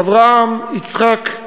אברהם, יצחק,